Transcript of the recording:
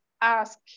ask